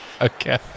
Okay